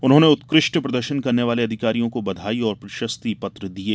उन्होंने उत्कृष्ट प्रदर्शन करने वाले अधिकारियों को बधाई और प्रशस्ति पत्र दिये